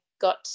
got